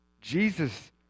Jesus